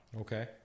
Okay